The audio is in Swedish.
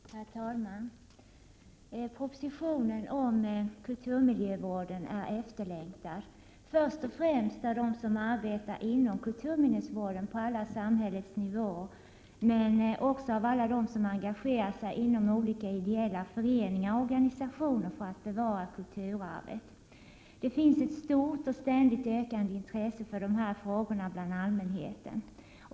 Herr talman! Propositionen om kulturmiljövården är efterlängtad, först och främst av dem som arbetar inom kulturminnesvården på alla samhällets nivåer, men också av alla dem som engagerar sig inom olika ideella föreningar och organisationer för att bevara kulturarvet. Det finns ett stort, och ständigt ökande, intresse för de här frågorna bland allmänheten.